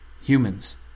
humans